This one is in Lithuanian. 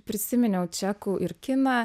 prisiminiau čekų ir kiną